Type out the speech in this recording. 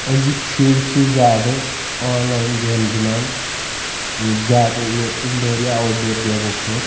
أزِکۍ شُرۍ چھِ زیادٕ آنلایِن گیمہٕ گِنٛدان زیادٕ یہِ اِنڈور یا آوُٹ ڈور گیمو کھۄتہٕ